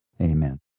Amen